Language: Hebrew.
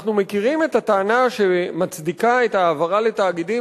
אנחנו מכירים את הטענה שמצדיקה את ההעברה לתאגידים